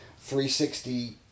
360